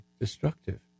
destructive